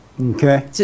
Okay